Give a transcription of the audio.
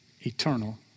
eternal